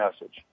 message